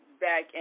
Back